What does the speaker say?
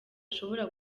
ashobora